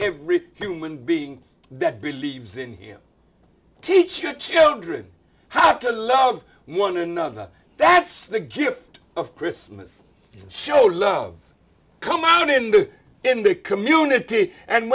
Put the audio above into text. every human being that believes in him teach your children how to love one another that's the gift of christmas show love come out in the in the community and